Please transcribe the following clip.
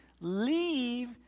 Leave